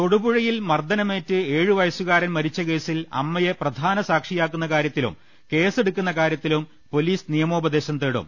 തൊടുപുഴയിൽ മർദനമേറ്റ് ഏഴു വയസ്സുകാരൻ മരിച്ച കേസിൽ അമ്മയെ പ്രധാന സാക്ഷിയാക്കുന്ന കാര്യത്തിലും കേസെടുക്കുന്ന കാര്യത്തിലും പൊലിസ് നിയമോപദേശം തേടും